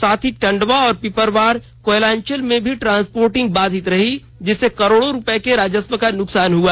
साथ ही टंडवा और पिपरवार कोयलांचल में भी ट्रांसपोर्टिंग बाधित रही जिससे करोड़ों रूपये के राजस्व का नुकसान हुआ